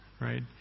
Right